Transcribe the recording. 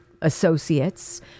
associates